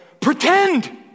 pretend